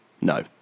No